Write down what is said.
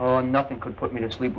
that nothing could put me to sleep